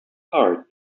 heart